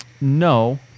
No